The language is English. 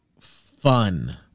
fun